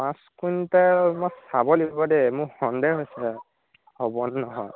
পাঁচ কুইণ্টেল মই চাব লাগিব দেই মোৰ সন্দেহ হৈছে হ'ব নে নহয়